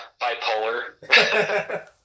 bipolar